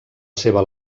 seva